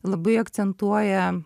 labai akcentuoja